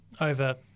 over